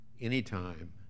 anytime